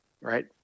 Right